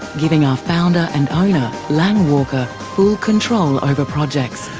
giving our founder and owner lang walker full control over projects.